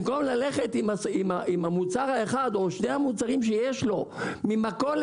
במקום ללכת עם המוצר האחד או שני המוצרים שיש לו ממכולת,